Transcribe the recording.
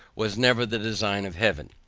was never the design of heaven.